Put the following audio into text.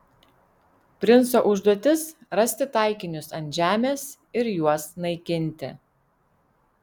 princo užduotis rasti taikinius ant žemės ir juos naikinti